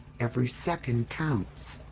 every second counts.